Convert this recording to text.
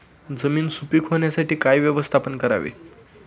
जमीन सुपीक होण्यासाठी काय व्यवस्थापन करावे?